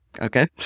Okay